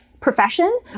Profession